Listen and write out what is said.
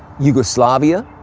yugoslavia?